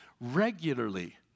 regularly